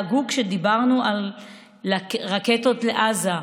לעגו כשדיברנו על רקטות מעזה.